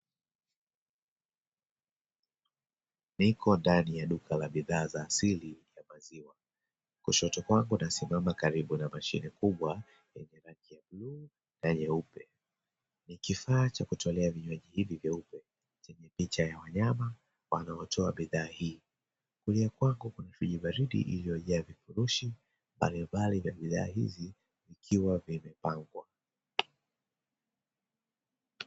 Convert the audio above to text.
Niko ndani ya duka la bidhaa za asili ya maziwa. Kushoto kwangu nasimama karibu na mashine kubwa yenye rangi ya bluu na nyeupe. Ni kifaa cha kutolea vinywaji hivi vyeupe chenye picha ya wanyama wanaotoa bidhaa hii. Kulia kwangu kuna friji baridi iliyojaa vifurushi mbalimbali vya bidhaa hizi vikiwa vimepangwa.